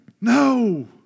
No